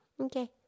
Okay